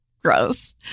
gross